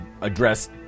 address